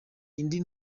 indi